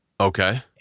Okay